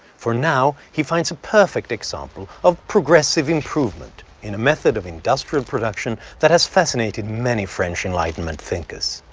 for now, he finds a perfect example of progressive improvement in a method of industrial production that has fascinated many french enlightenment thinkers.